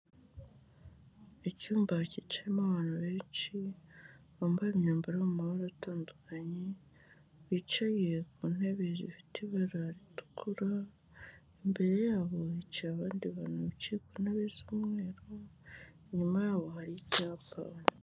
Icyumba cyicayemo abantu benshi bambaye imyambaro mu mabara atandukanye bicaye ku ntebe zifite ibara ritukura, imbere yabo hicaye abandi bantu bicaye ku ntebe z'umweru inyuma yaho hari icyakabona.